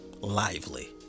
lively